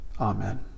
Amen